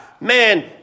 Man